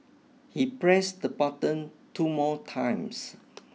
he pressed the button two more times